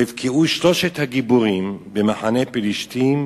ויבקעו שלשת הגבורים במחנה פלשתים